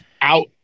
out